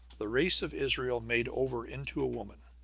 the race of israel made over into a woman,